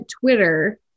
Twitter